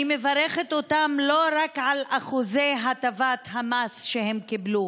אני מברכת אותם לא רק על אחוזי הטבת המס שהם קיבלו